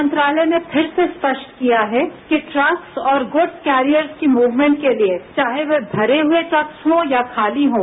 गृह मंत्रालय ने फिर से स्पष्ट किया है कि ट्रक्स और गुड्स कैरियर्स के मूवमेंट के लिए चाहे वे भरे हुये ट्रक्स हों या खाली हों